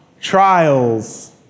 trials